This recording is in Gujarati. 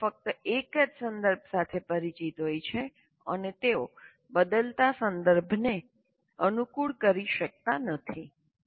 વિદ્યાર્થીઓ ફક્ત એક જ સંદર્ભ સાથે પરિચિત હોય છે અને તેઓ બદલાતા સંદર્ભને અનુકૂળ કરી શકતા નથી